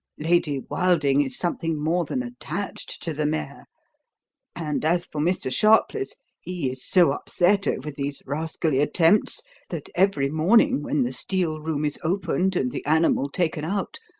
lady wilding is something more than attached to the mare and as for mr. sharpless, he is so upset over these rascally attempts that every morning when the steel room is opened and the animal taken out,